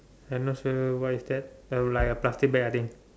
I'm not sure what is that like a plastic bag I think